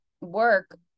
work